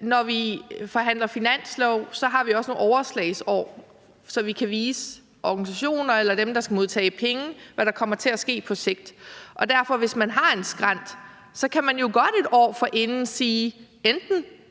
når vi forhandler finanslov, har vi også nogle overslagsår, så vi kan vise organisationer eller dem, der skal modtage penge, hvad der kommer til at ske på sigt. Derfor kan man, hvis man har en skrænt, jo godt et år forinden sige, at